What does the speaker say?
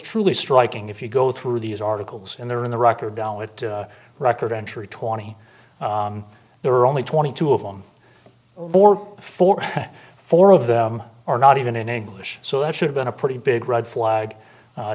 truly striking if you go through these articles and they're in the record allat record entry twenty there are only twenty two of them or four four of them are not even in english so that should have been a pretty big red flag